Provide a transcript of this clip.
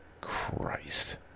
Christ